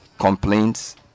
complaints